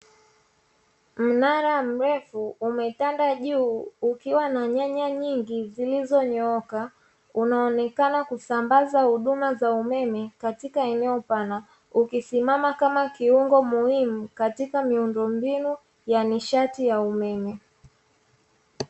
Mnara mrefu umetanda juu ukiwa na nyaya nyingi zilizonyooka, unaonekana kusambaza huduma umeme katika eneo pana, ukisimama kama kiungo muhimu katika miundombinu ya nishati ya umeme.